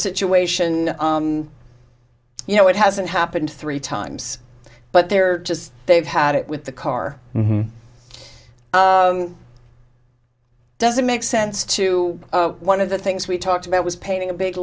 situation you know it hasn't happened three times but they're just they've had it with the car doesn't make sense to one of the things we talked about was painting a big